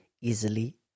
easily